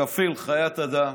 שפל, חיית אדם,